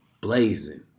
blazing